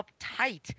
uptight